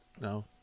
no